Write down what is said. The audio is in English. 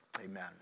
Amen